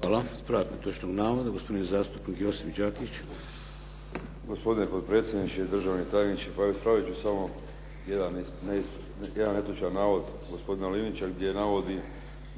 Hvala. Ispravak netočnog navoda gospodin zastupnik Josip Đakić. **Đakić, Josip (HDZ)** Gospodine potpredsjedniče, državni tajniče. Ispravit ću samo jedan netočan navod gospodina Linića gdje navodi